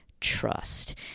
Trust